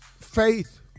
Faith